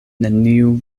neniu